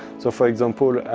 so for example,